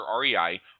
REI